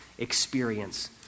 experience